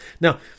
Now